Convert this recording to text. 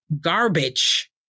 garbage